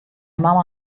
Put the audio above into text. mama